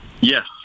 Yes